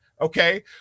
okay